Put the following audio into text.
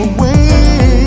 Away